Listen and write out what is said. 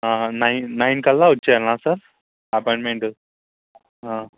nine nine కల్లా వచ్చేయాలన్న sir appointment